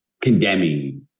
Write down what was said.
condemning